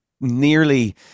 nearly